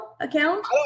account